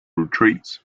retreats